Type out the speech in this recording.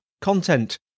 content